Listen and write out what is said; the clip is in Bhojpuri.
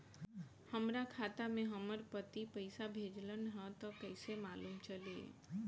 हमरा खाता में हमर पति पइसा भेजल न ह त कइसे मालूम चलि?